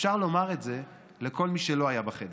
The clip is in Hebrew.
אפשר לומר את זה לכל מי שלא היה בחדר,